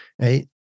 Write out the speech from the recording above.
right